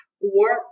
work